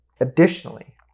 additionally